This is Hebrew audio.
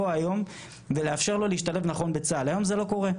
היום זה לא קורה.